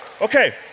Okay